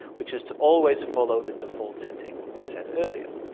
which is to always follow the default setting you set earlier.